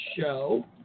Show